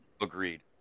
Agreed